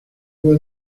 will